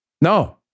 No